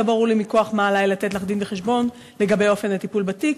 לא ברור מכוח מה עלי לתת לך דין-וחשבון לגבי אופן הטיפול בתיק,